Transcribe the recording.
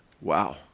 Wow